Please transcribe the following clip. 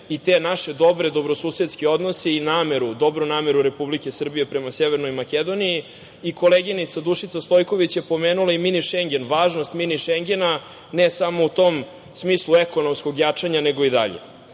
te naše dobre dobrosusedske odnose i nameru, dobru nameru Republike Srbije prema Severnoj Makedoniji i koleginica Dušica Stojković je pomenula „mini Šengen“, važnost „mini Šengena“ ne samo u tom smislu ekonomskog jačanja, nego i dalje. Sam